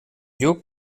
lluc